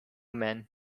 men